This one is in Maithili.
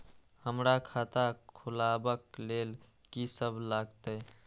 हमरा खाता खुलाबक लेल की सब लागतै?